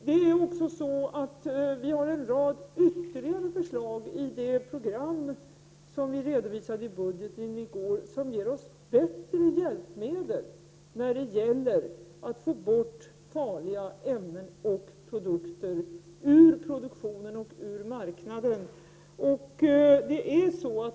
Det finns en rad ytterligare förslag i det program som regeringen redovisade i samband med framläggandet av budgetpropositionen i går som ger oss bättre hjälpmedel när det gäller att få bort farliga ämnen och produkter ur produktionen och ur marknaden.